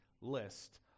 list